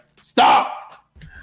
stop